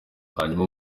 hanyuma